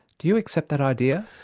do you accept that idea?